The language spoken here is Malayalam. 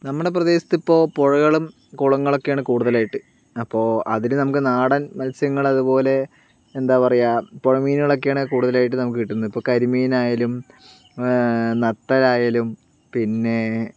നമ്മുടെ പ്രദേശത്തിപ്പോൾ പുഴകളും കുളങ്ങളൊക്കെയാണ് കൂടുതലായിട്ട് അപ്പോൾ അതില് നമുക്ക് നാടൻ മത്സ്യങ്ങൾ അതുപോലെ എന്താ പറയുക പുഴ മീനുകളൊക്കെയാണ് കൂടുതലായിട്ട് നമുക്ക് കിട്ടുന്നത് ഇപ്പൊൾ കരിമീനായാലും നത്തലായാലും പിന്നെ